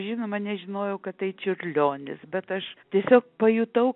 žinoma nežinojau kad tai čiurlionis bet aš tiesiog pajutau